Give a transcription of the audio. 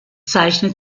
zeichnet